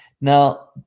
now